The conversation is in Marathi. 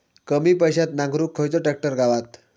कमी पैशात नांगरुक खयचो ट्रॅक्टर गावात?